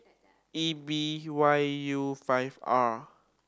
E B Y U five R